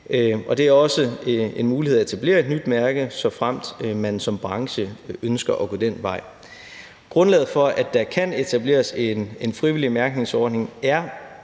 det er også en mulighed at etablere et nyt mærke, såfremt man som branche ønsker at gå den vej. Grundlaget for, at der kan etableres en frivillig mærkningsordning, er